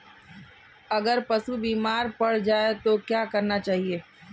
अगर पशु बीमार पड़ जाय तो क्या करना चाहिए?